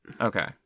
Okay